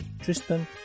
Tristan